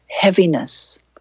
heaviness